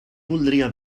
voldria